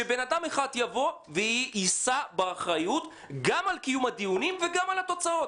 שאדם אחד יישא באחריות גם על קיום הדיונים וגם על התוצאות.